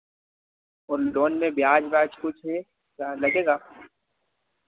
वो लोन में ब्याज़ व्याज़ कुछ है या लगेगा